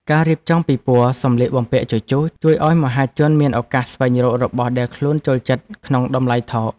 ការរៀបចំពិព័រណ៍សម្លៀកបំពាក់ជជុះ ជួយឱ្យមហាជនមានឱកាសស្វែងរករបស់ដែលខ្លួនចូលចិត្តក្នុងតម្លៃថោក។